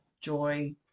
joy